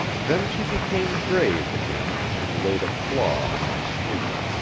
then she became grave again, and laid a claw on my sleeve.